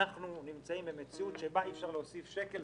אנחנו נמצאים במציאות שאי אפשר להוסיף שקל,